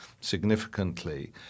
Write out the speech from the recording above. significantly